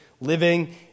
living